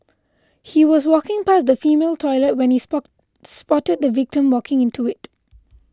he was walking past the female toilet when he spot spotted the victim walking into it